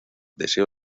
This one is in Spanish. deseo